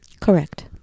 Correct